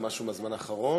זה משהו מהזמן האחרון?